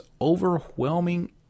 overwhelming